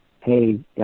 Hey